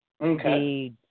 Okay